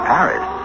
Paris